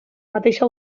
mateixa